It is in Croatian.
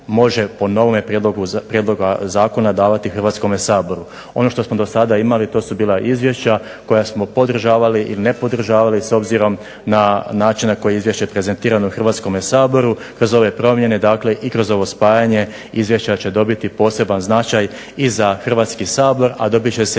može po novom prijedlogu zakona davati Hrvatskom saboru. Ono što smo do sada imali to su bila izvješća koja smo podržavali ili ne podržavali s obzirom na način na koji je izvješće prezentirano Hrvatskome saboru kroz ove promjene dakle i kroz ovo spajanje izvješća će dobiti poseban značaj i za Hrvatski sabor, a dobit će se